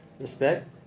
respect